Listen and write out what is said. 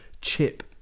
chip